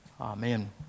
Amen